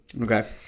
Okay